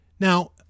Now